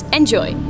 Enjoy